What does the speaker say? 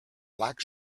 black